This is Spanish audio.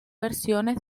versiones